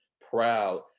proud